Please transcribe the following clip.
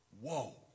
Whoa